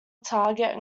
target